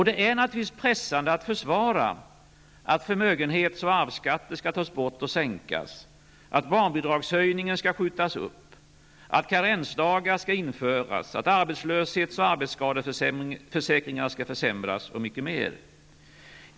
Det är naturligtvis pressande att försvara att förmögenhets och arvsskatt tas bort och sänks, att barnbidragshöjningen skall skjutas upp, att karensdagar skall införas, att arbetslöshets och arbetsskadeförsäkringar skall försämras och mycket mer.